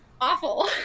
awful